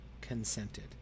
consented